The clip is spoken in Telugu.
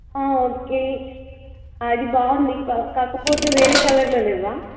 ఓకే అది బాగుంది కాకపోతే వేరే కలర్లో లేవా